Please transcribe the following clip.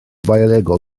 biolegol